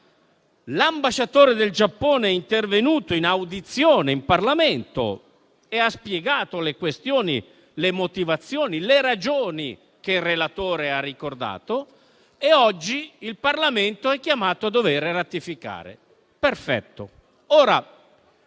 L'ambasciatore del Giappone è intervenuto in audizione in Parlamento e ha spiegato le questioni e le motivazioni che il relatore ha ricordato e oggi il Parlamento è chiamato a dover ratificare. Perfetto.